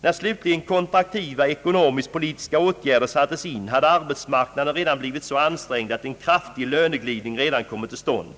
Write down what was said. När slutligen kontraktiva ekonomisk-politiska åtgärder sattes in hade arbetsmarknaden redan blivit så ansträngd att en kraftig löneglidning redan kommit till stånd.